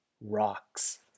rocks